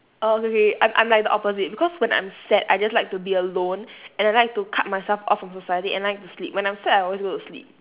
uh okay okay I'm I'm like the opposite because when I'm sad I just like to be alone and I like to cut myself off from society and like to sleep when I'm sad I always go to sleep